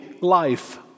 life